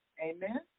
Amen